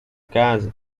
casa